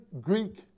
Greek